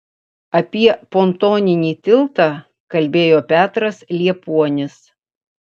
apie pontoninį tiltą kalbėjo petras liepuonis